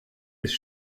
ist